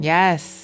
Yes 。